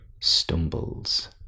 stumbles